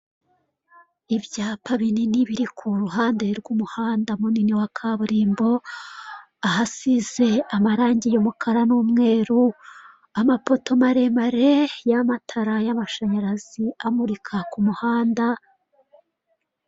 Ibyapa binini biri kuruhande rw'umuhanda munini wa kaburimbo, ahasize amarange y'umukara n'umweru amapoto maremare yamatara yamashanyarazi amurika k'umuhanda.